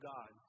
God